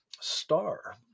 star